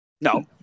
No